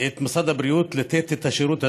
את משרד הבריאות לתת את השירות הזה,